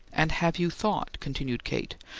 and have you thought, continued kate,